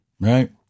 Right